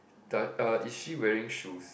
the uh is she wearing shoes